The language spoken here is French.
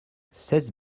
seize